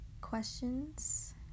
questions